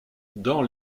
dans